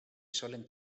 solen